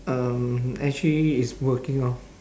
um actually is working lor